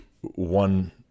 one